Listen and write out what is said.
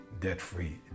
debt-free